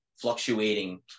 fluctuating